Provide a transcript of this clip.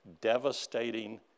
devastating